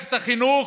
למערכת החינוך.